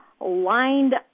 lined